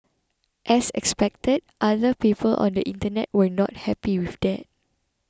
as expected other people on the Internet were not happy with that